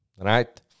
right